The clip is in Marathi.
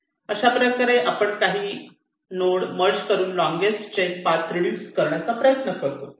अशाप्रकारे आपण काही नोड मर्ज करून लोंगेस्ट चैन पाथ रेडूस करण्याचा प्रयत्न करतो